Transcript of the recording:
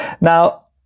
Now